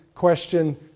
question